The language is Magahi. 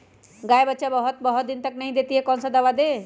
गाय बच्चा बहुत बहुत दिन तक नहीं देती कौन सा दवा दे?